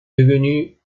devenue